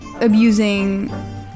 abusing